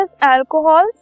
alcohols